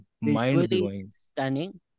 mind-blowing